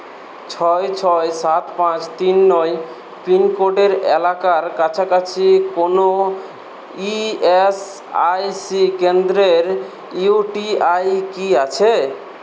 ছয় ছয় সাত পাঁচ তিন নয় পিনকোডের এলাকার কাছাকাছি কোনও ই এস আই সি কেন্দ্রের ইউ টি আই কি আছে